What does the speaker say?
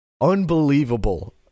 Unbelievable